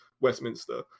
Westminster